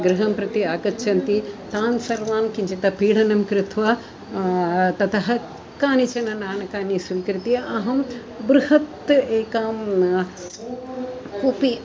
गृहं प्रति आगच्छन्ति तान् सर्वान् किञ्चित् पीडनं कृत्वा ततः कानिचन नाणकानि स्वीकृत्य अहं बृहत् एकां कूपी